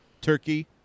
turkey